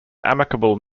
amicable